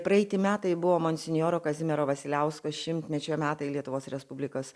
praeiti metai buvo monsinjoro kazimiero vasiliausko šimtmečio metai lietuvos respublikos